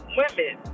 women